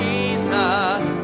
Jesus